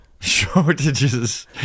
Shortages